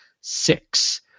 Six